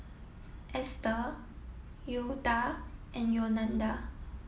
Esther Leota and Yolanda